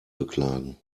beklagen